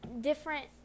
different